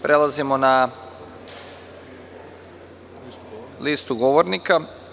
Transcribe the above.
Prelazimo na listu govornika.